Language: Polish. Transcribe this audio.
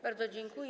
Bardzo dziękuję.